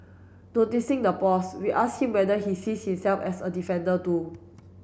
noticing the pause we asked him whether he sees himself as a defender too